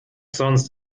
sonst